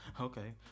Okay